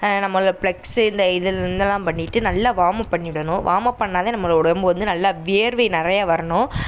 நம்ம ப்லக்ஸு இந்த இது இதெல்லாம் பண்ணிவிட்டு நல்லா வாமப் பண்ணிவிடணும் வாமப் பண்ணால்தான் நம்மளோடய உடம்பு வந்து நல்லா வேர்வை நிறையா வரணும்